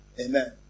Amen